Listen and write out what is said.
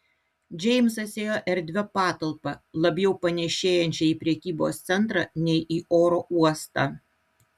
džeimsas ėjo erdvia patalpa labiau panėšėjančia į prekybos centrą nei į oro uostą